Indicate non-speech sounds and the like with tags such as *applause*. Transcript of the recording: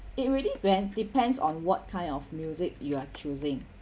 *breath* it really well depends on what kind of music you are choosing